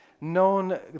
known